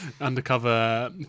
undercover